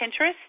Pinterest